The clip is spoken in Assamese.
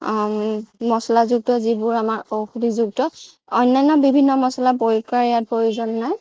মছলাযুক্ত যিবোৰ আমাৰ ঔষধিযুক্ত অন্যান্য বিভিন্ন মছলা ইয়াত প্ৰয়োগ কৰাৰ ইয়াত প্ৰয়োজন নাই